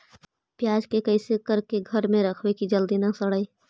प्याज के कैसे करके घर में रखबै कि जल्दी न सड़ै?